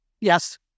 Yes